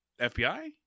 FBI